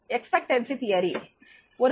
எதிர்பார்ப்பு கோட்பாடு